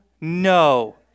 no